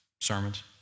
sermons